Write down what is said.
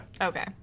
Okay